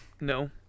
No